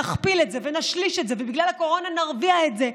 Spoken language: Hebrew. נכפיל את זה ונשלש את זה ובגלל הקורונה נרבע את זה,